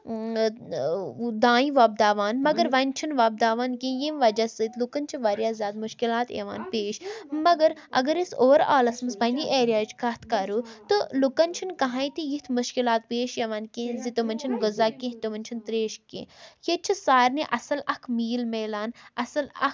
دانہِ وۄبداوان مگر وۄنۍ چھِنہٕ وۄبداوان کیٚنٛہہ ییٚمہِ وجہ سۭتۍ لُکَن چھِ وارِیاہ زیادٕ مُشکِلات یِوان پیش مَگَر اَگَر أسۍ اوٚوَرآلَس منٛز پنٛنہِ ایریاہٕچ کَتھ کَرو تہٕ لُکَن چھِنہٕ کَہٕنۍ تہِ یِتھ مُشکِلات پیش یِوان کیٚنٛہہ زِ تٕمَن چھِنہٕ غذا کیٚنٛہہ تِمَن چھِنہٕ ترٛیش کیٚنٛہہ ییٚتہِ چھِ سارنٕے اَصٕل اَکھ میٖل مِلان اَصٕل اَکھ